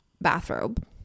bathrobe